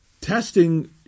testing